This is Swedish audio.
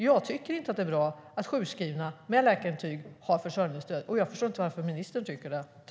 Jag tycker inte att det är bra att sjukskrivna med läkarintyg har försörjningsstöd, och jag förstår inte varför ministern tycker det.